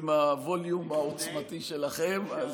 עם הווליום העוצמתי שלכם.